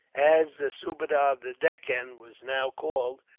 as the subadar of the deccan was now called,